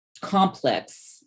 complex